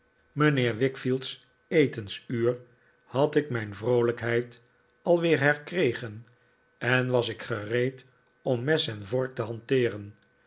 mijnheer wickfield's etensuur had ik mijn vroolijkheid al weer herkregen en was ik gereed om mes en vork te hanteeren